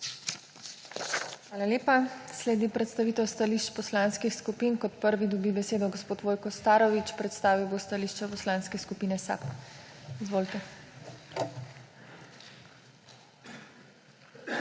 Hvala lepa. Sledi predstavitev stališč poslanskih skupin. Prvi dobi besedo gospod Branko Simonovič, predstavil bo stališče Poslanske skupine Desus. Izvolite.